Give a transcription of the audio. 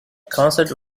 concert